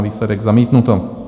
Výsledek: zamítnuto.